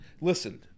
Listen